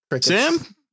Sam